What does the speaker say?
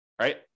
right